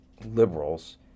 liberals